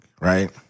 right